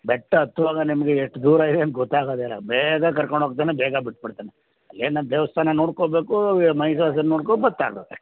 ಬೆಟ್ಟ ಹತ್ತುವಾಗ ನಿಮಗೆ ಎಷ್ಟು ದೂರ ಇದೆ ಅಂತ ಗೊತ್ತಾಗೋದೆ ಇಲ್ಲ ಬೇಗ ಕರ್ಕೊಂಡು ಹೋಗ್ತಾನೆ ಬೇಗ ಬಿಟ್ಬಿಡ್ತಾನೆ ಏನೋ ದೇವಸ್ಥಾನ ನೋಡ್ಕೋಬೇಕು ಮಹಿಸಾಸುರನ್ನ ನೋಡ್ಕೋ ಬರ್ತಾ ಇರ್ಬೇಕು ಅಷ್ಟೇ